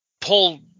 pull